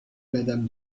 madame